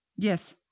Yes